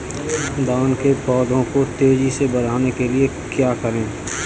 धान के पौधे को तेजी से बढ़ाने के लिए क्या करें?